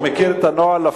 הוא מכיר את הנוהל,